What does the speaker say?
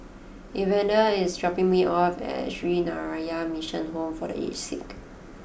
Evander is dropping me off at Sree Narayana Mission Home for The Aged Sick